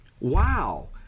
wow